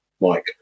Mike